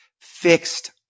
fixed